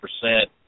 percent